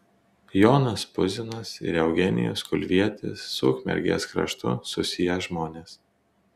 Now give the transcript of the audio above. jonas puzinas ir eugenijus kulvietis su ukmergės kraštu susiję žmonės